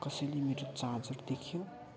कसैले मेरो चार्जर देख्यो